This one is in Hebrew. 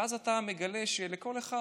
ואז אתה מגלה שלכל אחד,